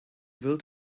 build